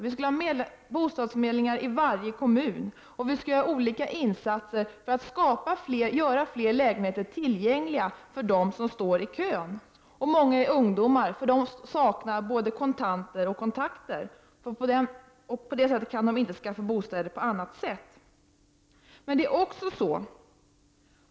Det skulle finnas bostadsförmedlingar i varje kommun, och det skulle göras olika insatser för att göra flera lägenheter tillgängliga för dem som står i kön. Många av dem är ungdomar, som saknar både kontanter och kontakter, och de kan inte skaffa bostäder på annat sätt än genom bostadsförmedlingen.